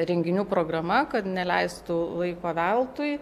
renginių programa kad neleistų laiko veltui